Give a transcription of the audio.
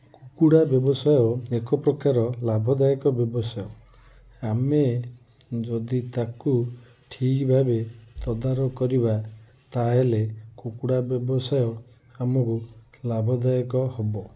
କୁକୁଡ଼ା ବ୍ୟବସାୟ ଏକ ପ୍ରକାର ଲାଭଦାୟକ ବ୍ୟବସାୟ ଆମେ ଯଦି ତାକୁ ଠିକ୍ ଭାବେ ତଦାରଖ କରିବା ତାହାଲେ କୁକୁଡ଼ା ବ୍ୟବସାୟ ଆମକୁ ଲାଭଦାୟକ ହବ